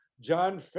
John